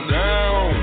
down